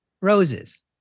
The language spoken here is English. roses